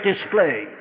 display